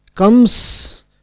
comes